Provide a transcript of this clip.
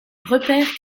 repère